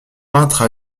peintre